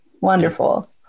Wonderful